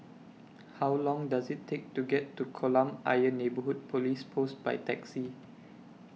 How Long Does IT Take to get to Kolam Ayer Neighbourhood Police Post By Taxi